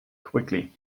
quickly